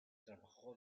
trabajó